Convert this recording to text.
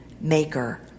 maker